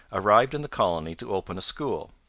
arrived in the colony to open a school.